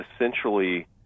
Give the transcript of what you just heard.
essentially